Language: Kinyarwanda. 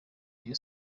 rayon